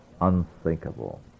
unthinkable